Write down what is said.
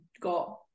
got